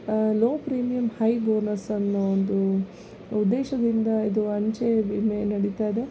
low premium high bonus ಅನ್ನೋ ಒಂದು ಉದ್ದೇಶದಿಂದ ಇದು ಅಂಚೆ ವಿಮೆ ನಡೀತಾ ಇದೆ